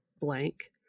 blank